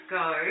go